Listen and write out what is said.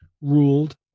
ruled